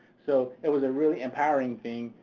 so it was a really empowering thing,